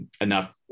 enough